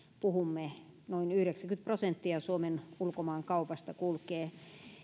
puhumme noin yhdeksänkymmentä prosenttia suomen ulkomaankaupasta kulkee